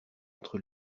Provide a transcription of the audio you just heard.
entre